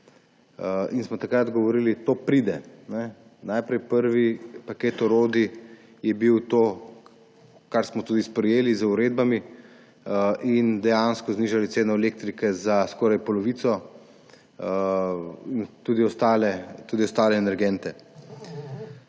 In smo takrat odgovorili, da to pride. Prvi paket orodij je bilo to, kar smo tudi sprejeli z uredbami, in smo dejansko znižali ceno elektrike za skoraj polovico, tudi ostale energente.